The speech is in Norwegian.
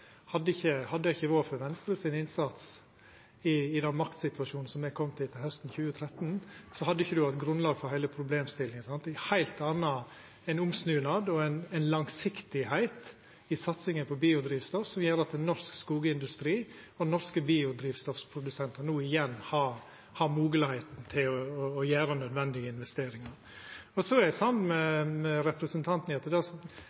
Hadde det ikkje vore for innsatsen til Venstre i den maktsituasjonen som me kom i hausten 2013, hadde det ikkje vore grunnlag for heile problemstillinga. Ein hadde ein omsnunad og ei langsiktigheit i satsinga på biodrivstoff som gjer at norsk skogindustri og norske produsentar av biodrivstoff no igjen har moglegheit til å gjera nødvendige investeringar. Eg er samd med representanten i at det er klart at ei ambisiøs satsing på biodrivstoff har ei problematisk side så